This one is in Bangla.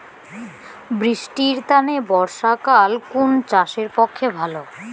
বৃষ্টির তানে বর্ষাকাল কুন চাষের পক্ষে ভালো?